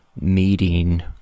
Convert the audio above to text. meeting